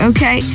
Okay